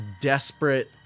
desperate